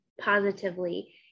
positively